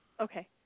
Okay